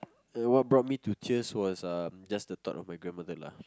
what brought me to tears was um just the thought of my grandmother lah